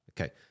Okay